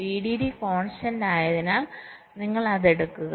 VDD constant ആയതിനാൽ നിങ്ങൾ അത് എടുക്കുക